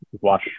Watch